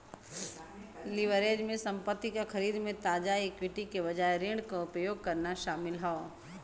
leverage में संपत्ति क खरीद में ताजा इक्विटी के बजाय ऋण क उपयोग करना शामिल हौ